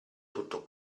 tutto